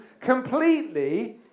completely